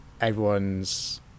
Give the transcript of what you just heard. everyone's